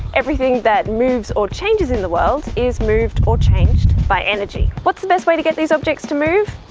everything that moves or changes in the world is moved or changed by energy. what's the best way to get these objects to move?